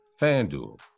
FanDuel